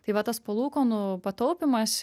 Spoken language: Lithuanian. tai va tas palūkanų pataupymas